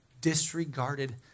disregarded